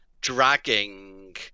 dragging